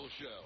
show